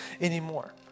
anymore